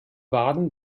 baden